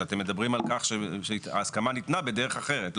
שאתם מדברים על כך שההסכמה ניתנה בדרך אחרת.